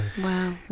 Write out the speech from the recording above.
Wow